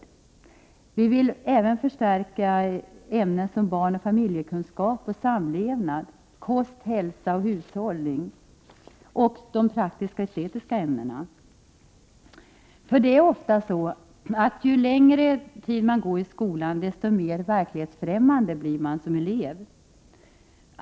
Vi vill även förstärka ämnen som barnoch familjekunskap och samlevnad, kost, hälsa och hushållning och de | praktiskt-estetiska ämnena. Det är ju ofta så att ju längre man går i skolan, desto mer verklighetsfrämmande blir man som elev.